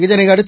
இதனையடுத்து